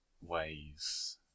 ways